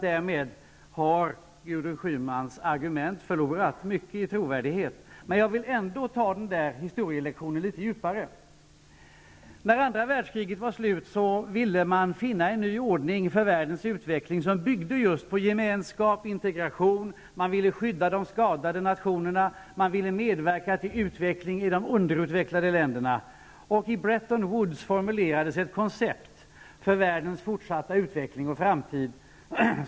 Därmed har Gudrun Schymans argument förlorat mycket i trovärdighet. Jag vill ändå göra historielektionen något djupare. När andra världskriget var slut ville man finna en ny ordning för världens utveckling som byggde på gemenskap och integration. Man ville skydda de skadade nationerna och medverka till utveckling i de underutvecklade länderna. I Bretton Woods formulerades ett koncept för världens fortsatta utveckling och framtid.